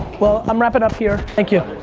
well, i'm wrapping up here. thank you.